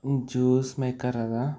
juice maker ಅದ